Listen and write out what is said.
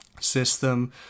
system